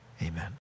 amen